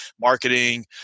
marketing